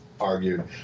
argued